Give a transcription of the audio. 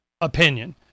opinion